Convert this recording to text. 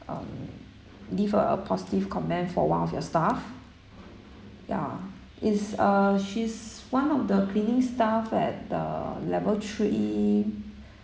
um give a positive comment for one of your staff ya it's uh she's one of the cleaning staff at the level three